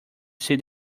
see